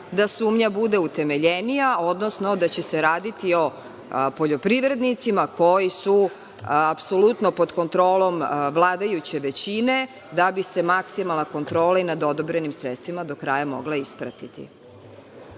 da sumnja bude utemeljenija, odnosno da će se raditi o poljoprivrednicima koji su apsolutno pod kontrolom vladajuće većine da bi se maksimalna kontrola nad odobrenim sredstvima do kraja mogla ispratiti.